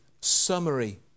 summary